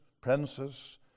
princes